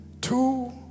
Two